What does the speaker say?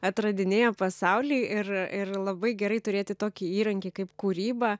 atradinėjo pasaulį ir ir labai gerai turėti tokį įrankį kaip kūryba